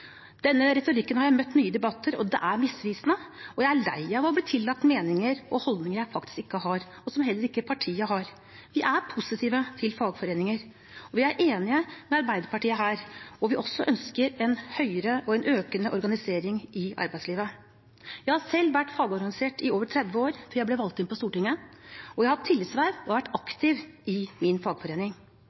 Denne retorikken har jeg møtt mye i debatter. Det er misvisende, og jeg er lei av å bli tillagt meninger og holdninger jeg faktisk ikke har, og som heller ikke partiet har. Vi er positive til fagforeninger, og vi er enige med Arbeiderpartiet her. Vi ønsker også høyere og økende organisering i arbeidslivet. Jeg var selv fagorganisert i over 30 år før jeg ble valgt inn på Stortinget, og jeg har hatt tillitsverv og vært aktiv i min fagforening.